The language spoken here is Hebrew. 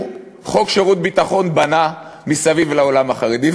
חוק שירות ביטחון בנה מסביב לעולם החרדי.